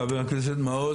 חבר הכנסת מעוז,